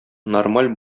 нормаль